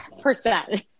percent